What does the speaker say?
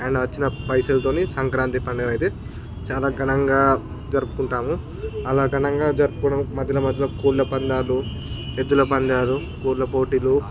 and వచ్చిన పైసెలతో సంక్రాంతి పండుగ అయితే చాలా ఘనంగా జరుపుకుంటాము అలా ఘనంగా జరుపుకోవడం మధ్యలో మధ్యలో కోళ్ళ పందాలు ఎద్దుల పందాలు కోళ్ళ పోటీలు